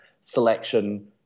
selection